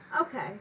Okay